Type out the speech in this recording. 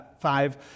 five